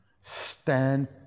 Stand